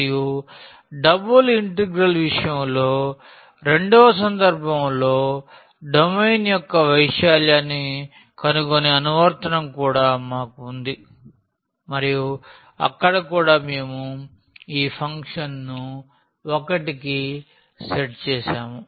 మరియు double integral విషయంలో రెండవ సందర్భంలో డొమైన్ యొక్క వైశాల్యాన్ని కనుగొనే అనువర్తనం కూడా మాకు ఉంది మరియు అక్కడ కూడా మేము ఈ ఫంక్షన్ను 1 కి సెట్ చేసాము